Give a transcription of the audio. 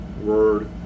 word